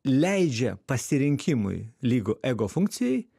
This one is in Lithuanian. leidžia pasirinkimui lygu ego funkcijai